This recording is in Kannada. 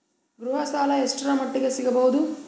ಗೃಹ ಸಾಲ ಎಷ್ಟರ ಮಟ್ಟಿಗ ಸಿಗಬಹುದು?